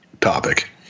topic